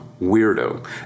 Weirdo